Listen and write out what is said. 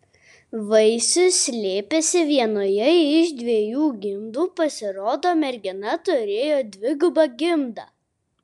vaisius slėpėsi vienoje iš dviejų gimdų pasirodo mergina turėjo dvigubą gimdą